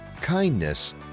kindness